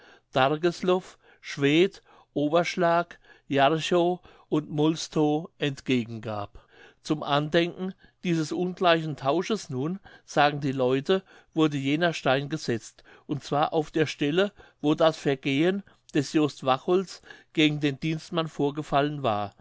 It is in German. dargesloff schwedt overschlag jarchow und molstow entgegengab zum andenken dieses ungleichen tausches nun sagen die leute wurde jener stein gesetzt und zwar auf der stelle wo das vergehen des jost wachholz gegen den dienstmann vorgefallen war